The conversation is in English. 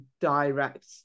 direct